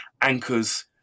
anchors